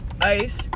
ice